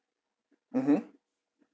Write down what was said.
mmhmm